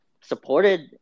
supported